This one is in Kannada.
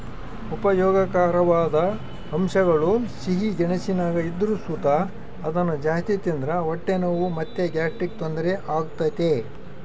ಉಪಯೋಗಕಾರವಾದ ಅಂಶಗುಳು ಸಿಹಿ ಗೆಣಸಿನಾಗ ಇದ್ರು ಸುತ ಅದುನ್ನ ಜಾಸ್ತಿ ತಿಂದ್ರ ಹೊಟ್ಟೆ ನೋವು ಮತ್ತೆ ಗ್ಯಾಸ್ಟ್ರಿಕ್ ತೊಂದರೆ ಆಗ್ತತೆ